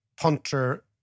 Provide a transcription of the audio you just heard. punter